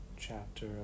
chapter